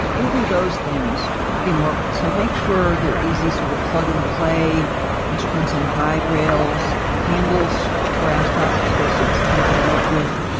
we'll do those things in orbit. so, make sure they're easy, sort of, plug and play instruments on guide rails, handles for astronauts and spacesuits to be able to work with,